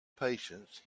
patience